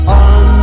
on